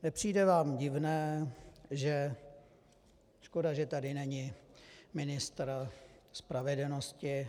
Nepřijde vám divné škoda, že tady není ministr spravedlnosti.